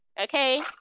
okay